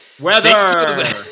Weather